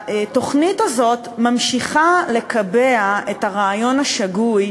התוכנית הזאת ממשיכה לקבע את הרעיון השגוי,